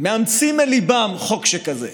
מאמצים אל ליבם חוק שכזה.